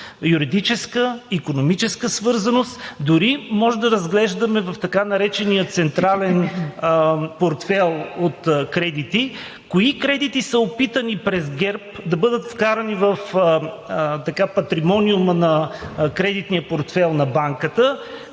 юридическа, икономическа свързаност. Дори можем да разглеждаме в така наречения централен портфейл от кредити кои кредити са опитани през ГЕРБ да бъдат вкарани в патримониума, в кредитния портфейл на банката,